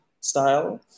style